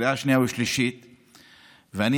קריאה שנייה ושלישית.